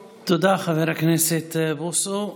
תודה, חבר הכנסת בוסו.